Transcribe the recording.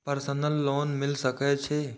Personal loan मिल सके छे?